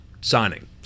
signing